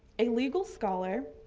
a legal scholar